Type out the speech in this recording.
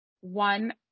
one